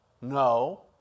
No